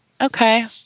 Okay